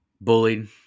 bullied